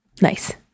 Nice